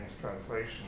translation